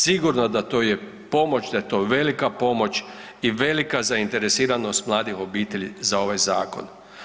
Sigurno da to je pomoć, da je to velika pomoć i velika zainteresiranost mladih obitelji za ovaj zakon.